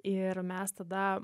ir mes tada